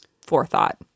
forethought